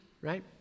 right